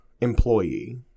employee